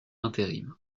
intérim